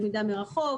למידה מרחוק.